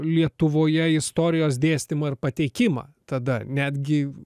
lietuvoje istorijos dėstymą ir pateikimą tada netgi